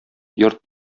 йорт